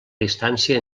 distància